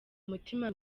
umutima